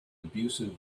abusive